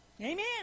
Amen